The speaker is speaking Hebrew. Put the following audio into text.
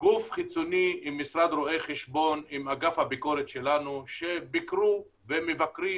גוף חיצוני עם משרד רואי חשבון עם אגף הביקורת שלנו שביקרו ומבקרים